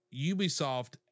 Ubisoft